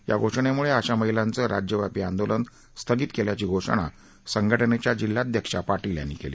या घोषणेम्ळं आशा महिलांचं राज्यव्यापी आंदोलन स्थगित केल्याची घोषणा संघटनेच्या जिल्हाध्यक्षा पाटील यांनी केली